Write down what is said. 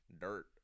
Dirt